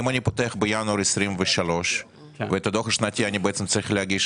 אם אני פותח בינואר 23' ואת הדוח השנתי אני צריך להגיש